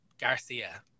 Garcia